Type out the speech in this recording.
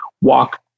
walk